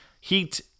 Heat